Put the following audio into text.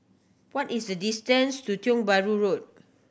what is the distance to Tiong Bahru Road